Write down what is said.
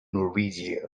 norwegia